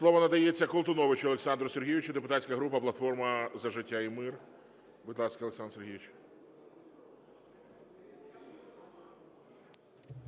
Слово надається Колтуновичу Олександру Сергійовичу, депутатська група "Платформа за життя і мир". Будь ласка, Олександр Сергійович.